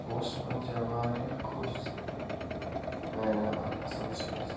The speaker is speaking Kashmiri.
بہٕ اوسُس پنٛنہٕ جایہِ واریاہ خۄش زِ مےٚ اَنیو اَکھ اَصٕل چیٖز